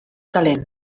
calent